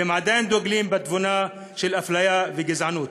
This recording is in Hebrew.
והם עדיין דוגלים בתובנה של אפליה וגזענות.